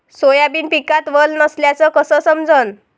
Soybean पिकात वल नसल्याचं कस समजन?